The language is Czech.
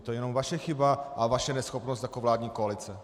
Je to jenom vaše chyba a vaše neschopnost jako vládní koalice.